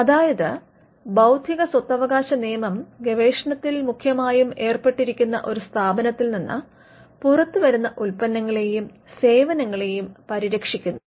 അതായത് ബൌദ്ധിക സ്വത്തവകാശനിയമം ഗവേഷണത്തിൽ മുഖ്യമായും ഏർപ്പെട്ടെരിക്കുന്നു ഒരു സ്ഥാപനത്തിൽ നിന്ന് പുറത്തുവരുന്ന ഉൽപ്പന്നങ്ങളെയും സേവനങ്ങളെയും പരിരക്ഷിക്കുന്നു